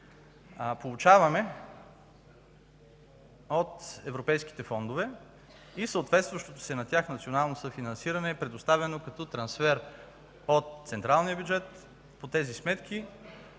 получаваме от европейските фондове и съответстващото се на тях национално съфинансиране е представено като трансфер от централния бюджет по тези сметки,